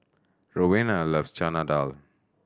Rowena loves Chana Dal